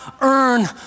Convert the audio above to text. earn